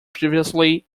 previously